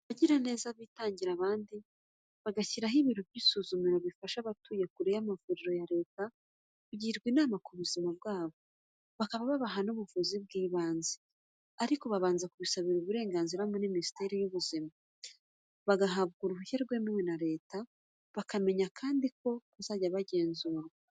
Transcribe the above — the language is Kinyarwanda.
Hari abagiraneza bitangira abandi bagashyiraho ibiro by'isuzumiro bifasha abatuye kure y'amavuriro ya leta kugirwa inama ku buzima bwabo, bakaba babaha n'ubuvuzi bw'ibanze. Aba ariko babanza kubisabira uburenganzira muri Minisiteri y'Ubuzima, bagabwa uruhushya rwemewe na leta, bakamenya kandi ko bazajya bagenzurwa.